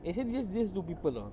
actually just just two people tahu